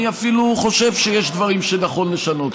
אני אפילו חושב שיש דברים שנכון לשנות,